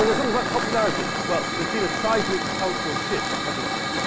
and something about popularity. well, there's been a seismic cultural shift, hasn't there?